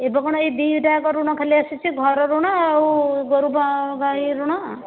ଏବେ କ'ଣ ଏହି ଦୁଇଟା ଯାକ ଋଣ ଖାଲି ଆସିଛି ଘର ଋଣ ଆଉ ଗୋରୁ ଗାଈ ଋଣ